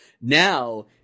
Now